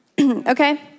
okay